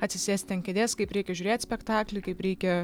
atsisėsti ant kėdės kaip reikia žiūrėt spektaklį kaip reikia